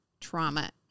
trauma